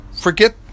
forget